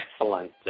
excellent